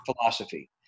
philosophy